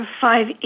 five